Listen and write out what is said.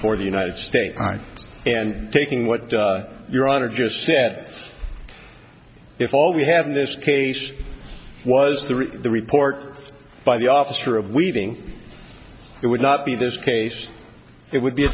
for the united states and taking what your honor just said if all we have in this case was the read the report by the officer of weaving it would not be this case it would be a